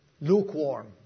Lukewarm